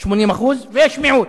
80%, ויש מיעוט.